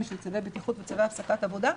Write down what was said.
של צווי בטיחות וצווי הפסקת עבודה,